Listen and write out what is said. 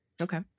Okay